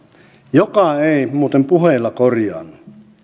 joka ei muuten puheilla korjaannu